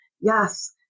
Yes